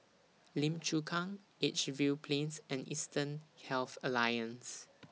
Lim Chu Kang Edgefield Plains and Eastern Health Alliance